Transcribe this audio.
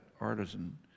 artisan